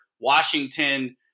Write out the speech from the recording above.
Washington